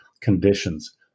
conditions